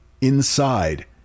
inside